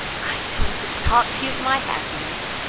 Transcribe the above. i come to talk to you of my happiness.